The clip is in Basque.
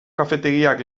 kafetegiak